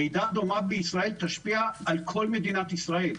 רעידה דומה בישראל תשפיע על כל מדינת ישראל.